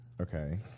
Okay